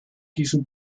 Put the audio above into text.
diesem